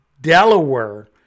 Delaware